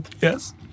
Yes